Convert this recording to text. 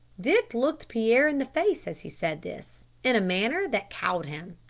dick looked pierre in the face, as he said this, in a manner that cowed him.